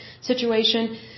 situation